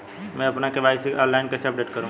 मैं अपना KYC online कैसे अपडेट करूँ?